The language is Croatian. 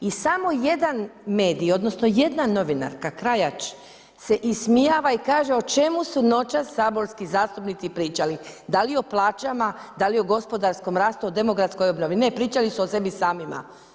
I samo jedan medij, odnosno jedna novinarka Krajač se ismijava i kaže o čemu su noćas saborski zastupnici pričali, da li o plaćama, da li o gospodarskom rastu, o demografskoj obnovi, ne, pričali su o sebi samima.